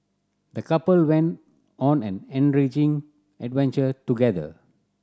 the couple went on an enriching adventure together